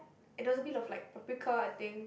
and there was a bit of like paprika I think